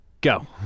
Go